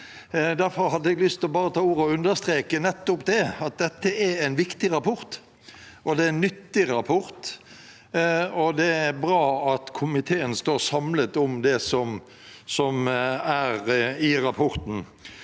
Derfor hadde jeg lyst til å ta ordet og understreke nettopp at dette er en viktig rapport, og at det er en nyttig rapport, og det er bra at komiteen står samlet om det som er i rapporten.